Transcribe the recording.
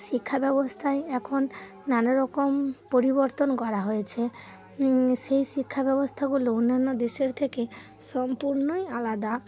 শিক্ষা ব্যবস্থায় এখন নানা রকম পরিবর্তন করা হয়েছে সেই শিক্ষা ব্যবস্থাগুলো অন্যান্য দেশের থেকে সম্পূর্ণই আলাদা